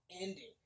ending